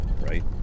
right